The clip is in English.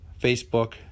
Facebook